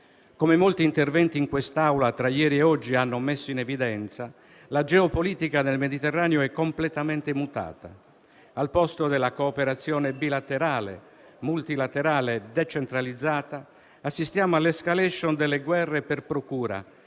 Come molti interventi in quest'Aula tra ieri e oggi hanno messo in evidenza, la geopolitica del Mediterraneo è completamente mutata. Al posto della cooperazione bilaterale, multilaterale e decentralizzata, assistiamo all'*escalation* delle guerre per procura,